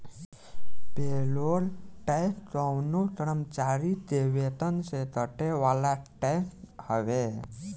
payroll tax कवनो कर्मचारी के वेतन से कटे वाला टैक्स हवे